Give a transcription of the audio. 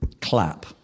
clap